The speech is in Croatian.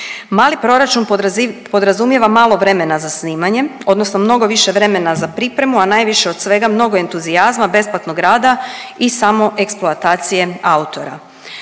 Mali proračun podrazumijeva malo vremena za snimanje odnosno mnogo više vremena za pripremu, a najviše od svega mnogo entuzijazma, besplatnog rada i samo eksploatacije autora.